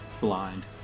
blind